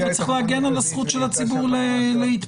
צריך להגן על הזכות של הציבור להתפלל.